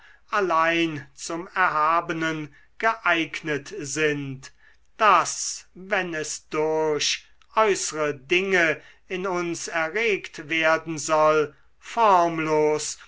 allein zum erhabenen geeignet sind das wenn es durch äußere dinge in uns erregt werden soll formlos